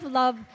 love